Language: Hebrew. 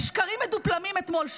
בשקרים מדופלמים אתמול,